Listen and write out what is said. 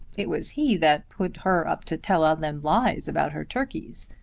it was he that put her up to tell all them lies about her turkeys.